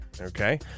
okay